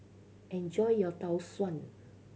enjoy your Tau Suan